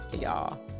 y'all